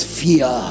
fear